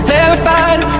Terrified